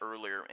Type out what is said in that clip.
earlier